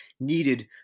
needed